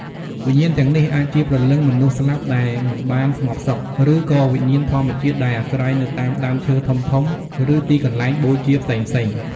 វិញ្ញាណទាំងនេះអាចជាព្រលឹងមនុស្សស្លាប់ដែលមិនបានស្ងប់សុខ ឬក៏វិញ្ញាណធម្មជាតិដែលអាស្រ័យនៅតាមដើមឈើធំៗ ឬទីកន្លែងបូជាផ្សេងៗ។